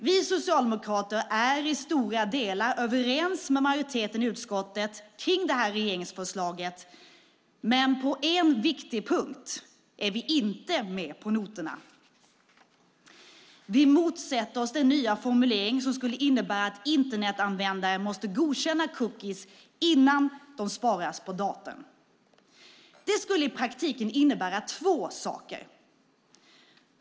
Vi socialdemokrater är i stora delar överens med majoriteten i utskottet kring det här regeringsförslaget, men på en viktig punkt är vi inte med på noterna. Vi motsätter oss den nya formulering som skulle innebära att Internetanvändare måste godkänna cookies innan de sparas på datorn. Det skulle i praktiken innebära två saker.